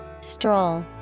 Stroll